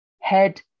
head